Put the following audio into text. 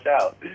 out